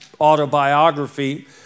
autobiography